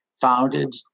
founded